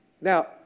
Now